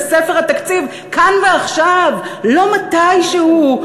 בספר התקציב כאן ועכשיו לא מתישהו,